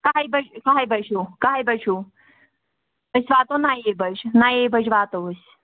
کَہہِ بَجہِ کَہہِ بَجہِ ہیوٗ کَہہِ بَجہِ ہیوٗ أسۍ واتو نَیے بَجہِ نَیے بَجہِ واتو أسۍ